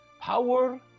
power